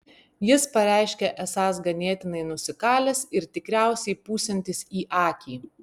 jis pareiškė esąs ganėtinai nusikalęs ir tikriausiai pūsiantis į akį